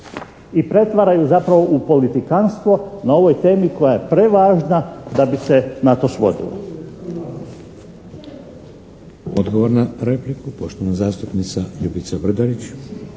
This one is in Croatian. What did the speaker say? i pretvaraju zapravo u politikanstvo na ovoj temi koja je prevažna da bi se na to svodilo.